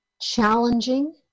challenging